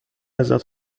ازت